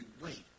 wait